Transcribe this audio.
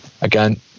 again